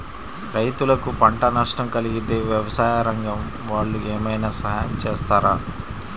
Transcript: రైతులకు పంట నష్టం కలిగితే వ్యవసాయ రంగం వాళ్ళు ఏమైనా సహాయం చేస్తారా?